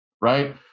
right